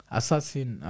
assassin